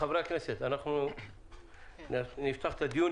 חברי הכנסת, אנחנו נפתח את הדיון.